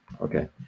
okay